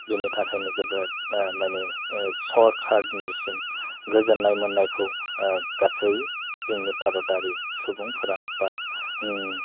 बिनि थाखायनो जोबोद मानि सरखारनिसिम गोजोननाय मोननायखौ गासै जोंनि भारतारि सुबुंफोरा बा